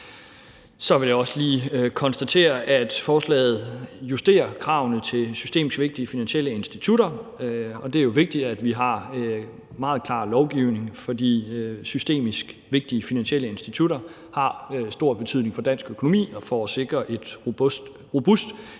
Så vil jeg også lige konstatere, at forslaget justerer kravene til systemisk vigtige finansielle institutter. Det er jo vigtigt, at vi har meget klar lovgivning, for systemisk vigtige finansielle institutter har stor betydning for dansk økonomi og for at sikre et robust